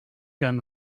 gun